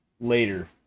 later